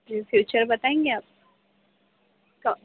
جی feature بتائیں گے آپ کا